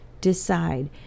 Decide